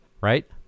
right